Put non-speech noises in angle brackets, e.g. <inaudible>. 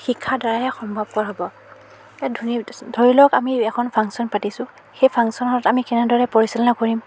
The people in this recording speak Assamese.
শিক্ষাৰ দ্বাৰাহে সম্ভৱপৰ হ'ব <unintelligible> ধনী <unintelligible> ধৰি লওক আমি এখন ফাংচন পাতিছোঁ সেই ফাংচনত আমি কেনেদৰে পৰিচালনা কৰিম